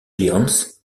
lions